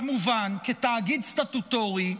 כמובן, כתאגיד סטטוטורי,